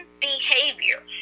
behavior